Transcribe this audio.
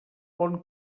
pont